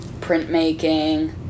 printmaking